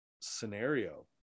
scenario